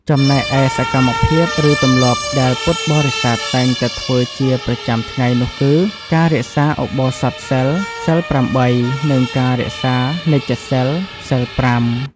ចំណែកឯសកម្មភាព ឬទម្លាប់ដែលពុទ្ធបរស័ទតែងតែធ្វើជាប្រចាំថ្ងៃនោះគឺ ការរក្សាឧបោសថសីល សីល ៨ និង ការរក្សានិច្ចសីល សីល ៥។